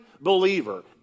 believer